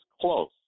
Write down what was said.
close